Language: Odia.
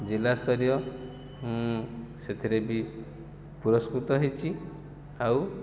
ଜିଲ୍ଲାସ୍ଥରୀୟ ସେଥିରେ ବି ପୁରସ୍କୃତ ହେଇଛି ଆଉ